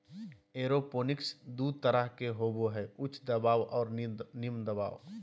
aeroponics दू तरह के होबो हइ उच्च दबाव और निम्न दबाव